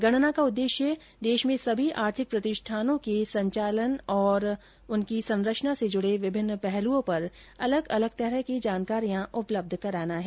गणना का उद्देश्य देश में सभी आर्थिक प्रतिष्ठानों के संचालन और उनकी संरचना से जुड़े विभिन्न पहलुओं पर अलग अलग तरह की जानकारियां उपलब्धत कराना है